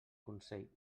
consell